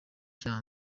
cya